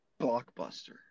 blockbuster